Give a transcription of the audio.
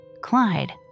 Clyde